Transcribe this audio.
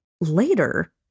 Later